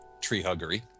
tree-huggery